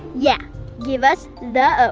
yeah give us the oath!